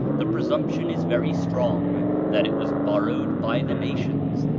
the presumption is very strong that it was borrowed by the nations,